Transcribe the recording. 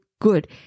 good